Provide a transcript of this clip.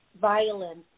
violence